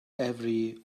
every